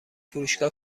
فروشگاه